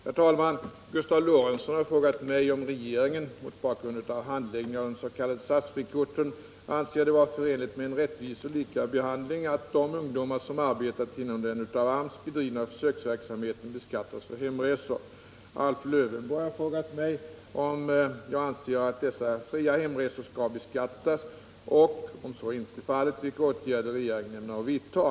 Herr talman! Gustav Lorentzon har frågat mig om regeringen, mot bakgrund av handläggningen av de s.k. SAS-frikorten, anser att det är förenligt med en rättvis och lika behandling att de ungdomar som arbetat inom den av arbetsmarknadsstyrelsen bedrivna försöksverksamheten beskattas för hemresor. Alf Lövenborg har frågat mig om jag anser att dessa fria hemresor skall beskattas och, om så inte är fallet, vilka åtgärder regeringen ämnar vidta.